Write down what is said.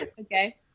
Okay